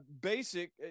basic